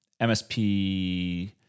MSP